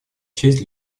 честь